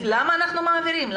למה אנחנו מעבירים?